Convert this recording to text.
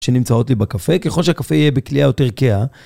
שנמצאות לי בקפה, ככל שהקפה יהיה בקלייה יותר כהה.